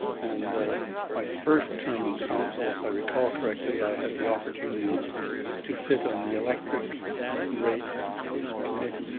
and my first term on council if i recall correctly i had the opportunity to sit on the electric rate committee.